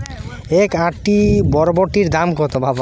এক আঁটি বরবটির দাম কত?